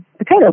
potato